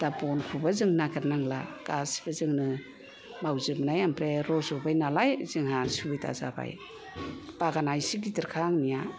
दा बनखौबो जों नागिरनांला गासैबो जोंनो मावजोबनाय ओमफ्राय रज'बाय नालाय जोंहा सुबिदा जाबाय बागाना एसे गिदिर खा आंनिया